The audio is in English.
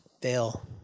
fail